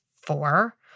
four